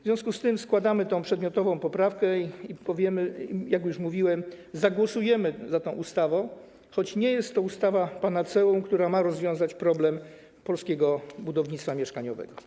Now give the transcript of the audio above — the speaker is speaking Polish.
W związku z tym składamy tę przedmiotową poprawkę i, jak już mówiłem, zagłosujemy za tą ustawą, choć nie jest to ustawa panaceum, która ma rozwiązać problem polskiego budownictwa mieszkaniowego.